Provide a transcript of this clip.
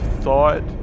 thought